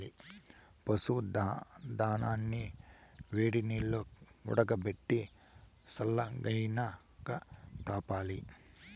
పశువుల దానాని వేడినీల్లో ఉడకబెట్టి సల్లగైనాక తాపాలి